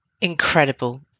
incredible